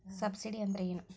Subsidy ಅಂದ್ರೆ ಏನು?